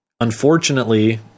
Unfortunately